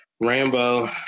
Rambo